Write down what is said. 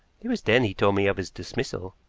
it was then he told me of his dismissal.